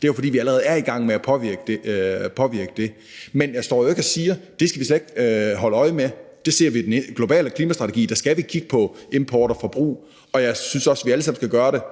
Det er jo, fordi vi allerede er i gang med at påvirke det. Men jeg står jo ikke og siger, at det skal vi slet ikke holde øje med. I den globale klimastrategi skal vi kigge på import og forbrug, og jeg synes også, at vi alle sammen skal gøre det.